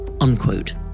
unquote